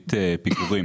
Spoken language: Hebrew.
ריבית פיגורים